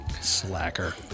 Slacker